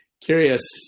curious